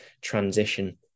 transition